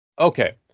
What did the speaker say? Okay